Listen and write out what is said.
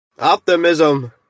Optimism